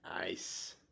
Nice